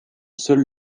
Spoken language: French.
seule